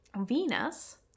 Venus